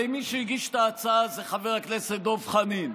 הרי מי שהגיש את ההצעה זה חבר הכנסת דב חנין.